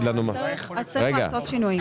אז צריך לעשות שינויים.